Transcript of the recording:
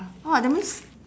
!wah! that means